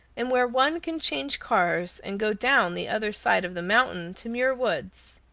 and where one can change cars and go down the other side of the mountain to muir woods.